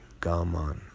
gaman